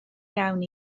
iawn